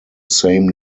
same